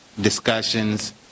discussions